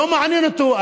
לא מעניין אותו.